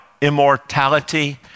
immortality